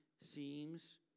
seems